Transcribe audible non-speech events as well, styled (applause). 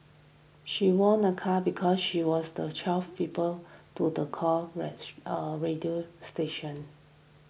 she won a car because she was the twelfth people to the call (unintelligible) a radio station